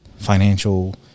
Financial